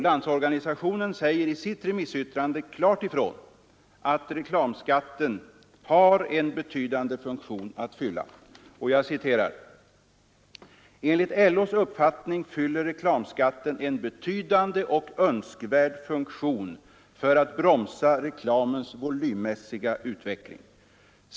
Landsorganisationen säger i sitt remissyttrande klart ifrån att reklamskatten har en betydande funktion att fylla. Jag citerar: ”Enligt LO:s uppfattning fyller reklamskatten en betydande och önskvärd funktion för att bromsa reklamens volymmässiga utveckling.